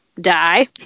die